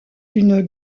une